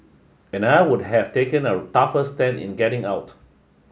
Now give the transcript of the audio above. and I would have taken a tougher stand in getting out